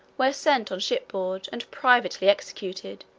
were sent on shipboard, and privately executed